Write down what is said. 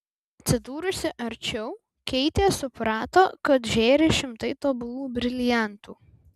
atsidūrusi arčiau keitė suprato kad žėri šimtai tobulų briliantų